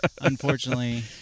Unfortunately